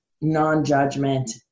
non-judgment